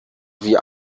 wie